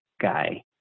guy